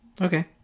Okay